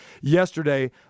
yesterday